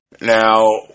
Now